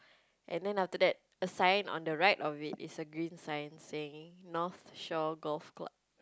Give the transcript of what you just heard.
and then after that a sign on the right of it is a green sign saying North Shore Golf Club